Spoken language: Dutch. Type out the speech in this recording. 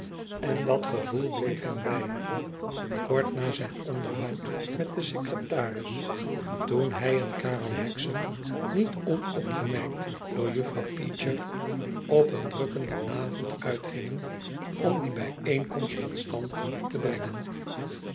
en dat gevoel bleef hem bij kort na zijn onderhoud met den secretaris toen hij en karel hexam niet onopgemerkt door juffrouw peecher op een drukkenden avond uitgingen om die bijeenkomst tot stand te brengen